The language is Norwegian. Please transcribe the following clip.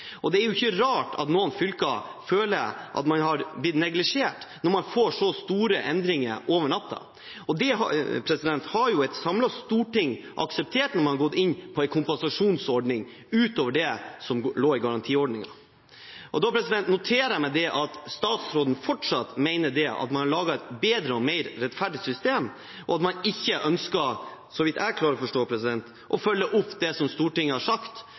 Det er ikke rart at noen fylker føler de har blitt neglisjert, når de får så store endringer over natten. Det har et samlet storting akseptert når man har gått inn for en kompensasjonsordning utover det som lå i garantiordningen. Jeg noterer meg at statsråden fortsatt mener man har laget et bedre og mer rettferdig system, og at man ikke ønsker – så vidt jeg klarer å forstå – å følge opp det Stortinget har sagt,